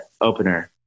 opener